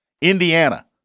Indiana